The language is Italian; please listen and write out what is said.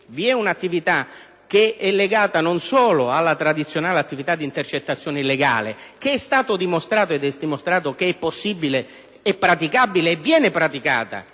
vi è un'attività legata non soltanto alla tradizionale attività di intercettazione illegale, che è stato dimostrato ed è dimostrato essere possibile, praticabile ed essere di fatto